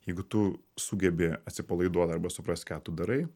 jeigu tu sugebi atsipalaiduot arba suprast ką tu darai